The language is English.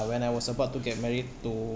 when I was about to get married to